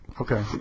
Okay